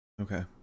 Okay